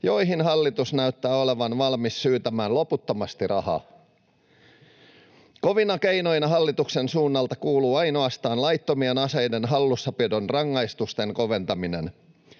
joihin hallitus näyttää olevan valmis syytämään loputtomasti rahaa. Kovina keinoina hallituksen suunnalta kuuluu ainoastaan laittomien aseiden hallussapidon rangaistusten koventaminen